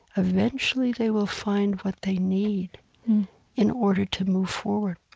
eventually they will find what they need in order to move forward